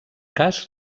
cas